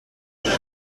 trois